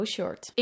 Short